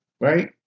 right